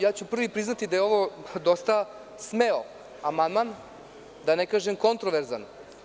Ja ću prvi priznati da je ovo dosta smeo amandman, da ne kažem kontroverzan.